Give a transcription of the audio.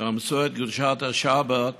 משבר של חקלאות